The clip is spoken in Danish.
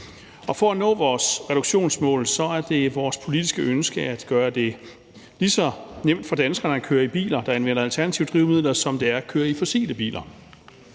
For at nå vores reduktionsmål er det vores politiske ønske at gøre det lige så nemt for danskerne at køre i biler, der anvender alternative drivmidler, som det er at køre i fossile biler.